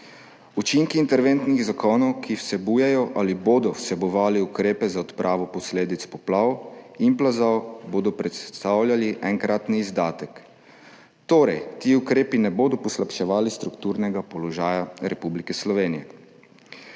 Učinki interventnih zakonov, ki vsebujejo ali bodo vsebovali ukrepe za odpravo posledic poplav in plazov, bodo predstavljali enkratni izdatek, torej ti ukrepi ne bodo poslabševali strukturnega položaja Republike Slovenije.